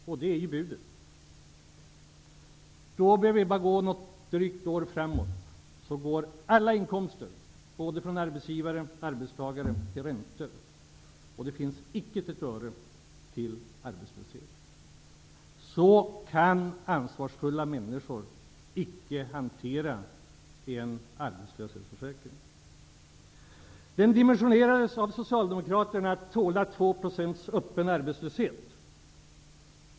Om ingenting görs -- vilket är budet -- kommer alla inkomster både från arbetsgivare och arbetstagare om drygt ett år att gå till räntor. Det kommer inte att finnas ett öre till arbetslöshetsersättning. Så kan ansvarsfulla människor icke hantera en arbetslöshetsförsäkring. Den dimensionerades av Socialdemokraterna för att tåla 2 % öppen arbetslöshet.